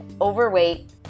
overweight